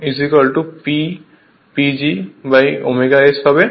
এখন torque p PGω S হবে